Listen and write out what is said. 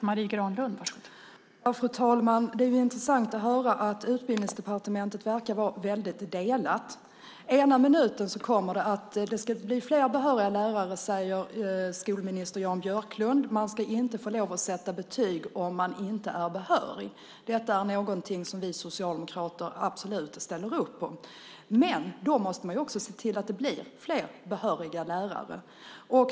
Fru talman! Det är intressant att höra att Utbildningsdepartementet verkar vara väldigt delat. Skolminister Jan Björklund säger att det ska bli fler behöriga lärare. Man ska inte få lov att sätta betyg om man inte är behörig. Detta är någonting som vi socialdemokrater absolut ställer upp på. Men då måste man också se till att det blir fler behöriga lärare.